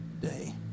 day